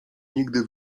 nigdy